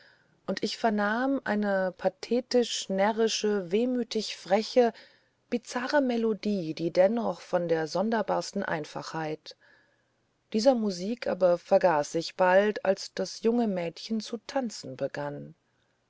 und ich vernahm eine pathetisch närrische wehmütig freche bizarre melodie die dennoch von der sonderbarsten einfachheit dieser musik aber vergaß ich bald als das junge mädchen zu tanzen begann